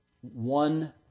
one